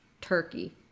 Turkey